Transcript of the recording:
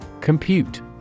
Compute